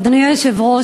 אדוני היושב-ראש,